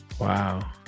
Wow